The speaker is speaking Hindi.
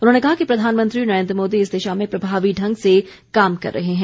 उन्होंने कहा कि प्रधानमंत्री नरेंद्र मोदी इस दिशा में प्रभावी ढंग से काम कर रहे हैं